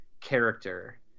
character